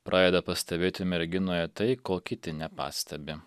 pradeda pastebėti merginoje tai ko kiti nepastebi